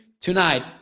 tonight